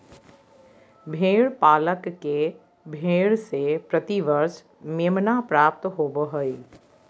भेड़ पालक के भेड़ से प्रति वर्ष मेमना प्राप्त होबो हइ